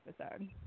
episode